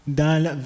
dal